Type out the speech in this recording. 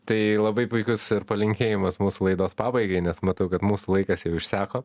tai labai puikus ir palinkėjimas mūsų laidos pabaigai nes matau kad mūsų laikas jau išseko